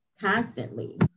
constantly